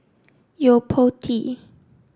Yo Po Tee